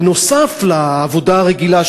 נוסף על העבודה הרגילה,